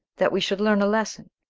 that we should learn a lesson.